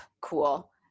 Cool